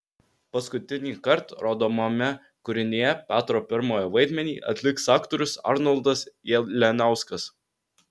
paskutinįkart rodomame kūrinyje petro pirmojo vaidmenį atliks aktorius arnoldas jalianiauskas